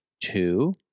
Two